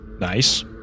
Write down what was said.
Nice